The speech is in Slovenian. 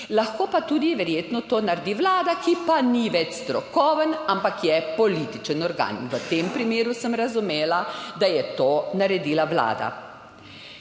lahko pa tudi verjetno to naredi vlada, ki pa ni več strokoven, ampak je političen organ. V tem primeru sem razumela, da je to naredila vlada.